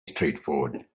straightforward